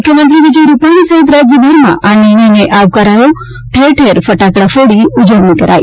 મુખ્યમંત્રી વિજય રૂપાણી સહિત રાજ્યભરમાં આ નિર્ણયને આવકારાયો ઠેર ઠેર ફટાકડા ફોડી ઉજવણી કરાઇ